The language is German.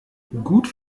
gut